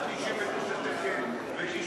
אבל עד 99 שקל ו-99